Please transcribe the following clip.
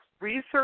research